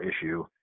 issue